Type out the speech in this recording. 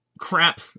crap